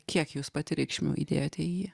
kiek jūs pati reikšmių įdėjote į jį